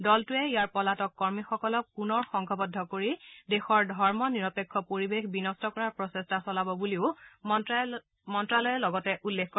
দলটোৱে ইয়াৰ পলাতক কৰ্মীসকলক পুনৰ সংঘবদ্ধ কৰি দেশৰ ধমনিৰপেক্ষ পৰিৱেশ বিন্ট কৰাৰ প্ৰচেষ্টা চলাব বুলিও মন্তালয়ে লগতে উল্লেখ কৰে